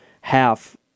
half